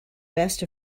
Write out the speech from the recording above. best